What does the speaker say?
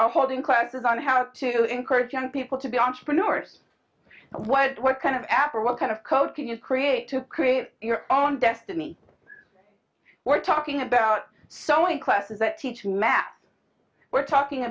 holding classes on how to encourage young people to be entrepreneurs what what kind of app or what kind of code can you create to create your own destiny we're talking about sewing classes that teach math we're talking